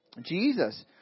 Jesus